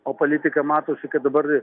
o politika matosi kad dabar